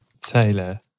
Taylor